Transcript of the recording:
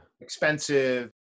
expensive